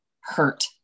hurt